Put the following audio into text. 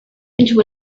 into